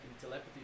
telepathy